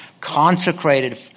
consecrated